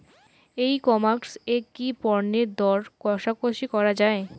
ই commerce এ কি পণ্যের দর কশাকশি করা য়ায়?